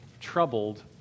Troubled